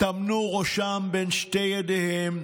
טמנו ראשם בין שתי ידיהם.